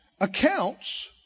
accounts